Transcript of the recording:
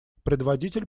предводитель